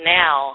now